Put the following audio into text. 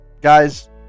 guys